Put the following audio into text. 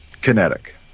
kinetic